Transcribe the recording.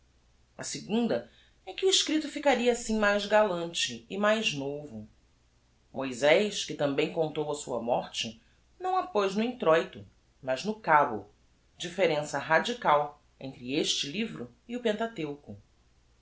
a segunda é que o escripto ficaria assim mais galante e mais novo moysés que tambem contou a sua morte não a poz no introito mas no cabo differença radical entre este livro e o pentateuco